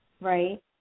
right